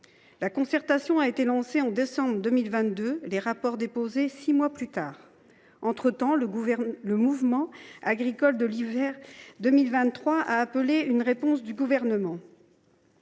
La concertation a été lancée en décembre 2022 et les rapports ont été déposés six mois plus tard. Entretemps, le mouvement agricole de l’hiver 2023 appelait une réponse du Gouvernement.